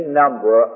number